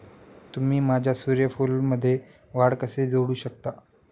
तुम्ही माझ्या सूर्यफूलमध्ये वाढ कसे जोडू शकता?